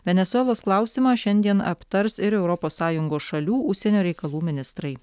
venesuelos klausimą šiandien aptars ir europos sąjungos šalių užsienio reikalų ministrai